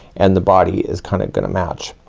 and the body is kinda gonna match.